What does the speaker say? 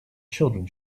children